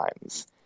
times